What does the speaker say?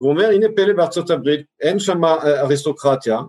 הוא אומר הנה פלא בארצות הברית אין שם אריסטוקרטיה